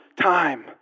time